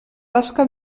tasca